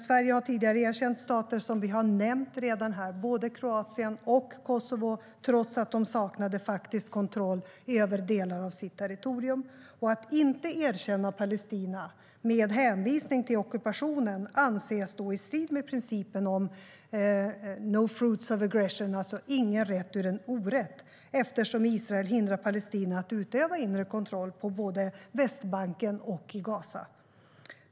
Sverige har tidigare erkänt stater som vi redan har nämnt här, både Kroatien och Kosovo, trots att de saknade faktisk kontroll över delar av sina territorier. Att inte erkänna Palestina med hänvisning till ockupationen anses stå i strid med principen om no fruits of aggression, alltså ingen rätt ur en orätt, eftersom Israel hindrar Palestina att utöva inre kontroll på både Västbanken och i Gaza.